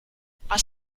was